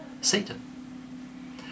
Satan